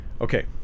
Okay